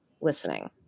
listening